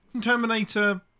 Terminator